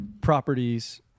properties